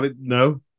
no